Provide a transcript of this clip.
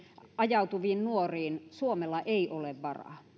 ajautuviin nuoriin suomella ei ole varaa